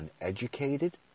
uneducated